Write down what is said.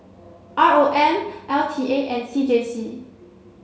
R O M L T A and C J C